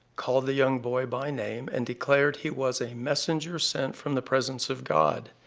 called the young boy by name, and declared he was a messenger sent from the presence of god.